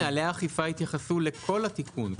בסוף נהלי האכיפה יתייחסו לכל התיקון,